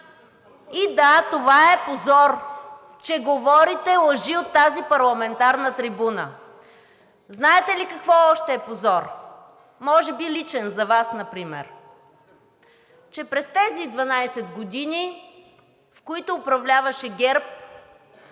И да, това е позор, че говорите лъжи от тази парламентарна трибуна. Знаете ли какво още е позор, може би личен за Вас например – че през тези 12 години, в които управляваше ГЕРБ,